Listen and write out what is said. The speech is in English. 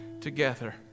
together